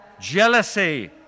jealousy